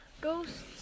Ghosts